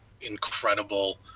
incredible